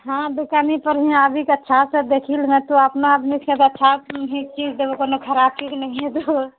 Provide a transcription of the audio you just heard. हँ दोकाने परमे आबि कऽ अच्छासँ देखि लेमेहे तऽ अच्छा चीज देबौ कोनो खराब चीज नहिए देबौ